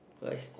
rice